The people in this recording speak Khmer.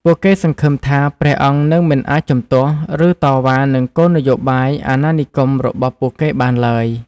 ពួកគេសង្ឃឹមថា ព្រះអង្គនឹងមិនអាចជំទាស់ ឬតវ៉ានឹងគោលនយោបាយអាណានិគមរបស់ពួកគេបានឡើយ។